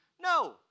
No